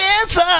answer